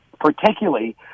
particularly